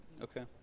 okay